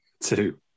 two